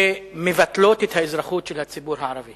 שמבטלות את האזרחות של הציבור הערבי